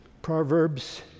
Proverbs